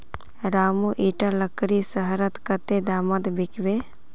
रामू इटा लकड़ी शहरत कत्ते दामोत बिकबे